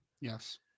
Yes